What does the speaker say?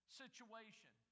situation